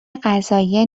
قضایی